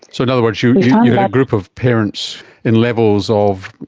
so in other words you had a group of parents in levels of,